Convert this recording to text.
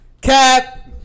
Cap